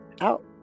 out